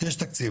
יש תקציב,